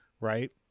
right